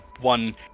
one